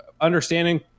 understanding